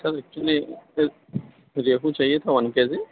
سر actually ریہو چاہیے تھا ون کے جی